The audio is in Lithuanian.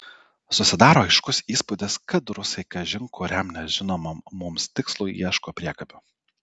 susidaro aiškus įspūdis kad rusai kažin kuriam nežinomam mums tikslui ieško priekabių